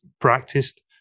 practiced